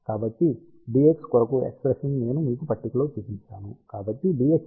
కాబట్టి Dx కొరకు expression నేను మీకు పట్టికలో చూపించాను